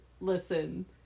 listen